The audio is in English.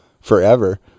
forever